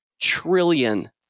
trillion